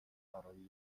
فراری